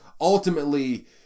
ultimately